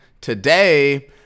Today